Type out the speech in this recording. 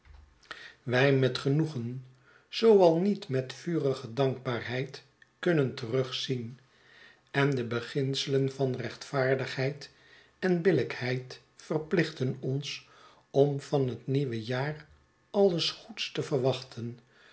wij met genoegen zoo al niet met vurige dankbaarheid kunnen terugzien en de beginselen van rechtvaardigheid en billijkheid verplichten ons om van het nieuwe jaar alles goeds te verwachten